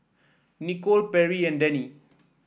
Nikole Perri and Dennie